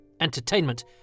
Entertainment